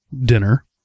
dinner